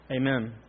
Amen